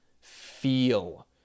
feel